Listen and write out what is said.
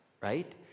right